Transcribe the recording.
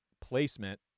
placement